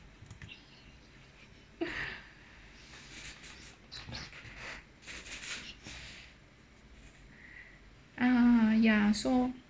ah ya so